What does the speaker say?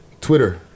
Twitter